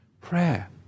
Prayer